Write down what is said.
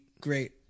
great